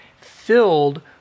filled